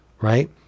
Right